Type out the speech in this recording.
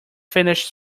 finished